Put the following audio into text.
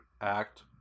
act